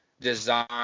design